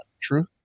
true